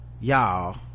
y'all